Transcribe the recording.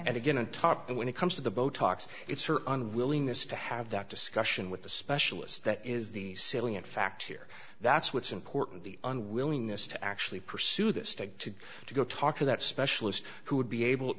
and again to top it when it comes to the botox it's certainly willingness to have that discussion with the specialist that is the salient fact here that's what's important the unwillingness to actually pursue this to to go talk to that specialist who would be able t